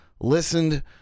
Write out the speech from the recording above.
listened